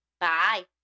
Bye